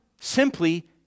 simply